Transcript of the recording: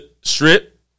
strip